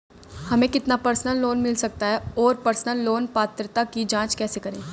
हमें कितना personal loan मिल सकता है और पर्सनल लोन पात्रता की जांच कैसे करें?